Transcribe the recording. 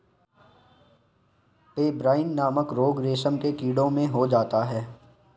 pebrine नामक रोग रेशम के कीड़ों में हो जाता है